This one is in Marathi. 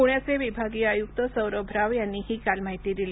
पुण्याचेविभागीय आयुक्त सौरभ राव यांनी ही काल माहिती दिली